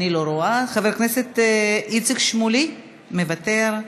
אני לא רואה, חבר הכנסת איציק שמולי, מוותר,